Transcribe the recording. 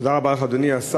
תודה רבה לך, אדוני השר.